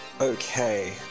Okay